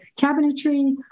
cabinetry